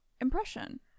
impression